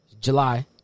July